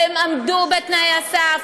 והם עמדו בתנאי הסף,